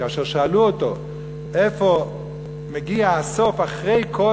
כאשר שאלו אותו איפה מגיע הסוף אחרי כל